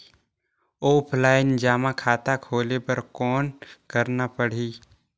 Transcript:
Offline जमा खाता खोले बर कौन करना पड़ही?